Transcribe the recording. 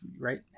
right